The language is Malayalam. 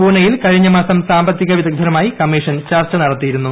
പൂനൈയിൽ കഴിഞ്ഞ മാസം സാമ്പത്തിക വിദഗ്ദ്ധരുമായി കമ്മീഷൻ ചർച്ച നടത്തിയിരുന്നു